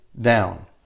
down